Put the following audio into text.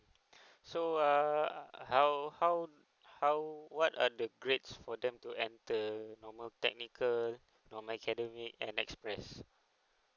so err how how how what are the grades for them to enter normal technical normal academic and express